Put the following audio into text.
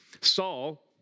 Saul